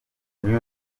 new